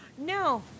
No